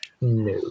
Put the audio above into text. No